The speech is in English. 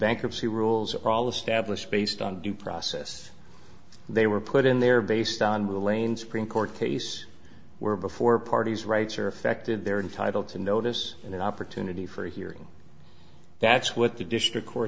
bankruptcy rules are all established based on due process they were put in there based on with elaine supreme court case where before parties rights are affected they're entitled to notice an opportunity for a hearing that's what the district court